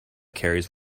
carries